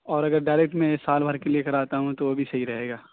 اور اگر ڈائریکٹ میں نے سال بھر کے لیے کراتا ہوں تو وہ بھی صحیح رہے گا